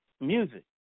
music